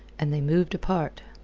and they moved apart.